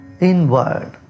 inward